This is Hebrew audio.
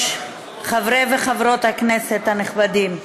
חברי וחברות הכנסת הנכבדים.